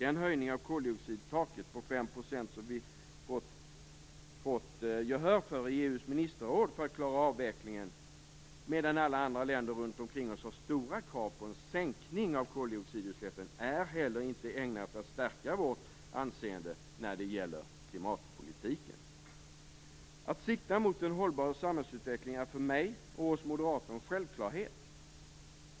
Den höjning av koldioxidtaket på 5 % som vi har fått gehör för i EU:s ministerråd för att klara avvecklingen - medan alla andra länder runt omkring oss har stora krav på en sänkning av koldioxidutsläppen - är inte heller ägnat att stärka vårt anseende när det gäller klimatpolitiken. Att sikta mot en hållbar samhällsutveckling är för mig och för oss moderater en självklarhet.